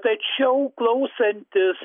tačiau klausantis